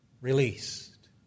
released